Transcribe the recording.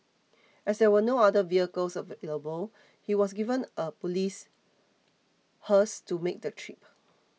as there were no other vehicles available he was given a police hearse to make the trip